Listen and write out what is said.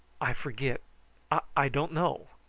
i forget i don't know.